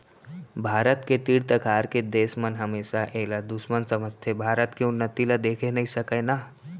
भारत के तीर तखार के देस मन हमेसा एला दुस्मन समझथें भारत के उन्नति ल देखे नइ सकय ना